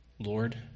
Lord